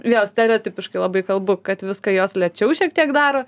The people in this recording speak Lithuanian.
vėl stereotipiškai labai kalbu kad viską jos lėčiau šiek tiek daro